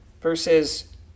versus